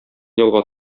елга